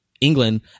england